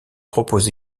propose